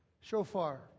shofar